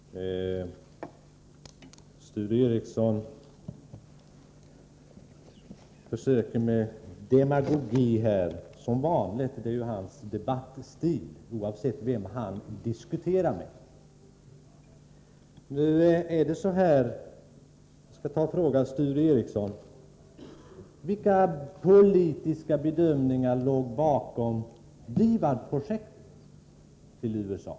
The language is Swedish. Fru talman! Sture Ericson försöker som vanligt med demagogi — det är ju hans debattstil, oavsett vem han diskuterar med. Jag vill fråga Sture Ericson: Vilka politiska bedömningar låg bakom DIVAD-projektet till USA?